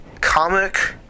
comic